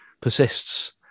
persists